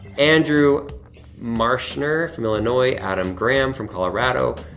andrew marschner from illinois, adam graham from colorado,